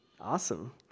Awesome